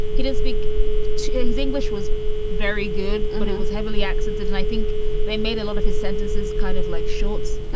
he did speak his english was very good, but it was heavily accented. and i think they made a lot of his sentences kind of like shorts,